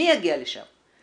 מי יגיע לשם?